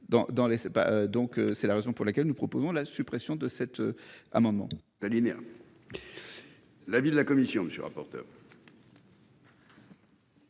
donc c'est la raison pour laquelle nous proposons la suppression de cet amendement.